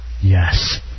Yes